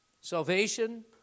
Salvation